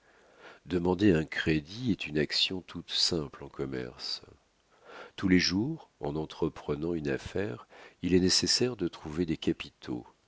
demander un crédit est une action toute simple en commerce tous les jours en entreprenant une affaire il est nécessaire de trouver des capitaux